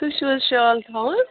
تۄہہِ چھو حظ شال تھاوان